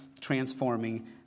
transforming